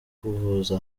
kuvuza